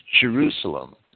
Jerusalem